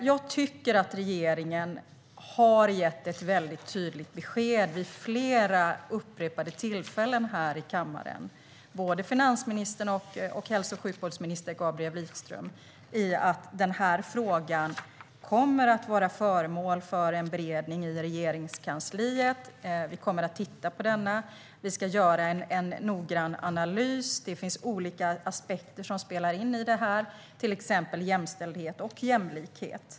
Jag tycker att regeringen, både finansministern och hälso och sjukvårdsminister Gabriel Wikström, har gett tydligt besked vid upprepade tillfällen här i kammaren om att frågan kommer att vara föremål för en beredning i Regeringskansliet. Vi kommer att titta på den. Vi ska göra en noggrann analys. Det finns olika aspekter som spelar in, till exempel jämställdhet och jämlikhet.